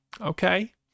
okay